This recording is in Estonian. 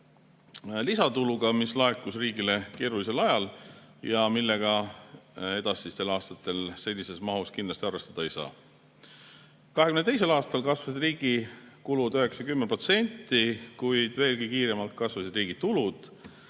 lisatuluga, mis laekus riigile keerulisel ajal ja millega edasistel aastatel sellises mahus kindlasti arvestada ei saa. 2022. aastal kasvasid riigi kulud 9–10%, kuid veelgi kiiremini kasvasid riigi tulud.